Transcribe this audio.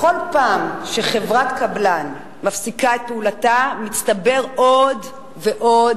בכל פעם שחברת קבלן מפסיקה את פעולתה,